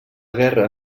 guerra